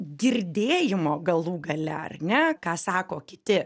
girdėjimo galų gale ar ne ką sako kiti